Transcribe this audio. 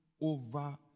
over